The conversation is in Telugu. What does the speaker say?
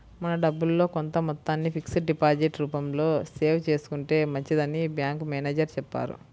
మన డబ్బుల్లో కొంత మొత్తాన్ని ఫిక్స్డ్ డిపాజిట్ రూపంలో సేవ్ చేసుకుంటే మంచిదని బ్యాంకు మేనేజరు చెప్పారు